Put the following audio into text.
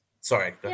sorry